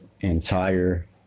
entire